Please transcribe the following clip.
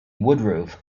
woodruff